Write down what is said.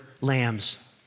lambs